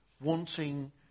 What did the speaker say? wanting